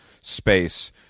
space